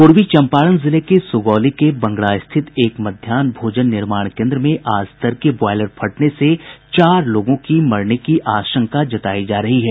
पूर्वी चंपारण जिले के सुगौली के बंगरा स्थित एक मध्याहन भोजन निर्माण केंद्र में आज तड़के बॉयलर फटने से चार लोगों की मरने की आशंका जतायी जा रही है